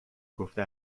گفته